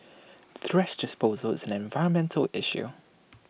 thrash disposal is an environmental issue